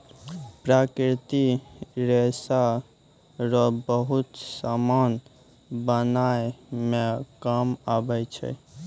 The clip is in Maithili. प्राकृतिक रेशा रो बहुत समान बनाय मे काम आबै छै